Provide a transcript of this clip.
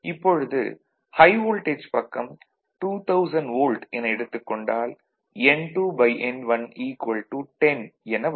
இப்பொழுது high voltage பக்கம் 2000 volt என எடுத்துக் கொண்டால் N2N110 என வரும்